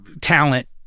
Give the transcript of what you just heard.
talent